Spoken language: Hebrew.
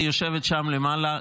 היא יושבת שם למעלה.